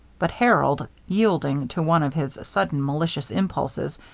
but harold, yielding to one of his sudden malicious impulses,